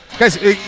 Guys